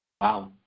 Wow